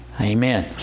Amen